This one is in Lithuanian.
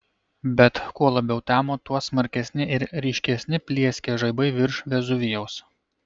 bet kuo labiau temo tuo smarkesni ir ryškesni plieskė žaibai virš vezuvijaus